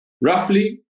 Roughly